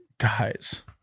guys